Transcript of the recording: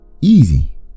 easy